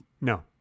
No